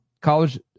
College